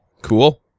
Cool